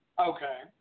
Okay